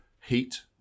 Heat